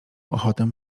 ochotę